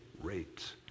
rates